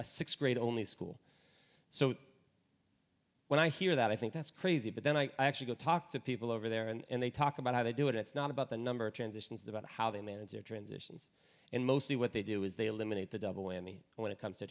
a sixth grade only school so when i hear that i think that's crazy but then i actually go talk to people over there and they talk about how they do it it's not about the number of transitions is about how they manage their transitions and mostly what they do is they eliminate the double whammy when it comes to